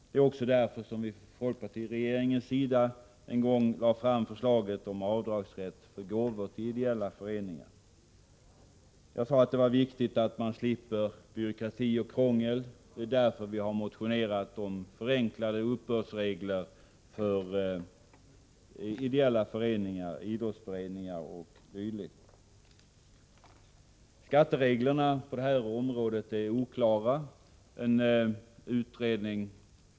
Det var också därför som folkpartiregeringen en gång lade fram förslaget om avdragsrätt när det gäller gåvor till ideella föreningar. Jag sade att det är viktigt att föreningarna slipper byråkrati och krångel. Därför har vi motionerat om förenklade uppbördsregler för ideella föreningar, idrottsföreningar o. d. Skattereglerna på det här området är oklara.